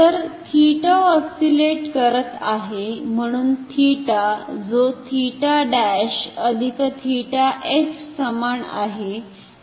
तर 𝜃 ऑस्सिलेट करत आहे म्हणुन 𝜃 जो 𝜃′𝜃𝑓 समान आहे तो देखील ऑस्सिलेट होईल